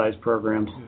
programs